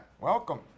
welcome